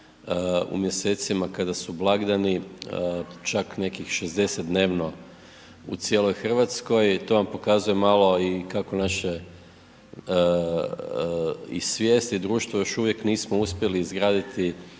u mjesecima kada su blagdani, čak nekih 60 dnevno u cijeloj Hrvatskoj, to vam pokazuje malo i kako naše i svijest i društvo još uvijek nismo uspjeli izgraditi